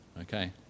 Okay